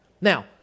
Now